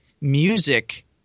music